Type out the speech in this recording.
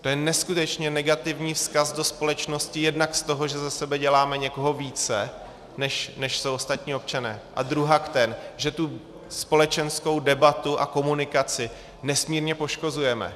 To je neskutečně negativní vzkaz do společnosti jednak z toho, že ze sebe děláme někoho více, než jsou ostatní občané, a druhak ten, že tu společenskou debatu a komunikaci nesmírně poškozujeme.